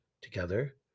Together